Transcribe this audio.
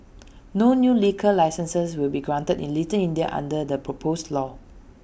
no new liquor licences will be granted in little India under the proposed law